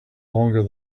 longer